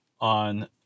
on